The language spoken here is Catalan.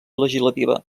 legislativa